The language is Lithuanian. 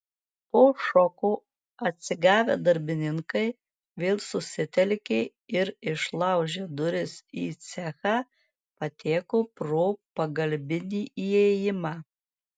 po šoko atsigavę darbininkai vėl susitelkė ir išlaužę duris į cechą pateko pro pagalbinį įėjimą